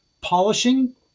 polishing